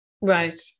right